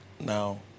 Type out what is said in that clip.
Now